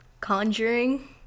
Conjuring